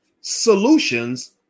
Solutions